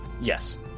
Yes